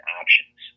options